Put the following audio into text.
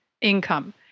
income